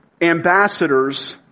Ambassadors